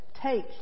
Take